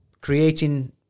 creating